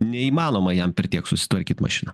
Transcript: neįmanoma jam per tiek susitvarkyt mašiną